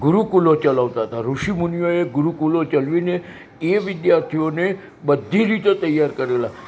ગુરુકુળો ચલાવતાં હતાં ઋષિમુનિઓ ગુરુકુળો ચલાવીને એ વિદ્યાર્થીઓને બધી રીતે તૈયાર કરેલા